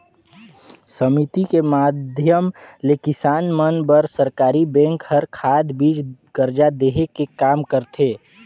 समिति के माधियम ले किसान मन बर सरकरी बेंक हर खाद, बीज, करजा देहे के काम करथे